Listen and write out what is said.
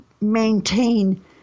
maintain